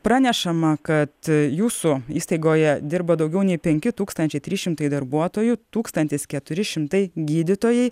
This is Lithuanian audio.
pranešama kad jūsų įstaigoje dirba daugiau nei penki tūkstančiai trys šimtai darbuotojų tūkstantis keturi šimtai gydytojai